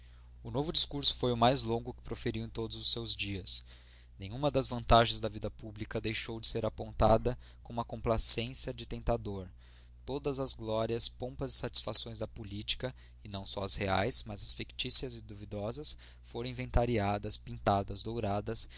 o novo discurso foi o mais longo que proferiu em todos os seus dias nenhuma das vantagens da vida pública deixou de ser apontada com uma complacência de tentador todas as glórias pompas e satisfações da política e não só as reais mas as fictícias ou duvidosas foram inventariadas pintadas douradas